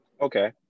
Okay